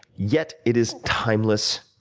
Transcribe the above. yet it is timeless.